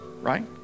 right